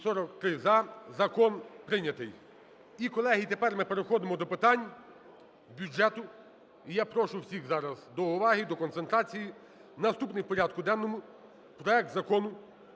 За-243 Закон прийнятий. І, колеги, тепер ми переходимо до питань бюджету. І я прошу всіх зараз до уваги, до концентрації. Наступний у порядку денному проект Закону